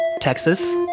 Texas